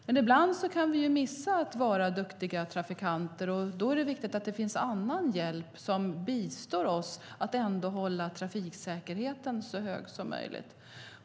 Men ibland kan vi missa att vara duktiga trafikanter, och då är det viktigt att det finns annan hjälp som bistår oss att ändå hålla trafiksäkerheten så hög som möjligt.